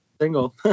single